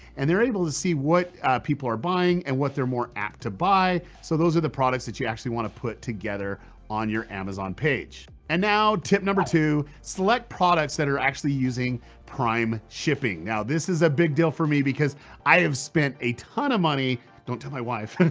and they're able to see what people are buying, and what they're more apt to buy, so those are the products that you actually want to put together on your amazon page, and now tip number two. select products that are actually using prime shipping. now this is a big deal for me because i have spent a ton of money, don't tell my wife,